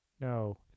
No